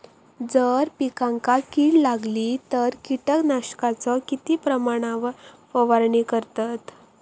जर पिकांका कीड लागली तर कीटकनाशकाचो किती प्रमाणावर फवारणी करतत?